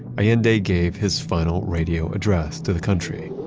allende gave his final radio address to the country